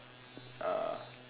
uh